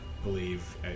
believe